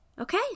Okay